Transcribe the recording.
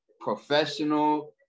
professional